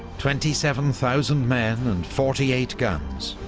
twenty seven thousand men and forty eight guns,